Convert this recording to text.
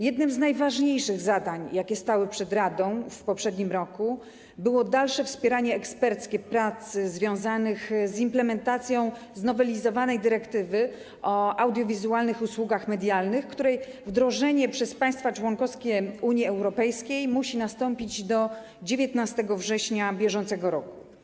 Jednym z najważniejszych zadań, jakie stały przed radą w poprzednim roku, było dalsze wspieranie prac eksperckich związanych z implementacją znowelizowanej dyrektywy o audiowizualnych usługach medialnych, której wdrożenie przez państwa członkowskie Unii Europejskiej musi nastąpić do 19 września br.